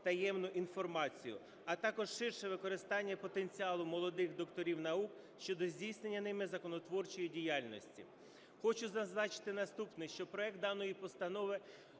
таємну інформацію, а також ширше використання потенціалу молодих докторів наук щодо здійснення ними законотворчої діяльності.